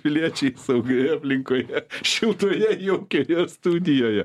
piliečiai saugioje aplinkoje šiltoje jaukioje studijoje